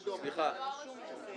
שהזוג התחתן והתגרש, מגיע הדואר לחתונה.